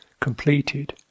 completed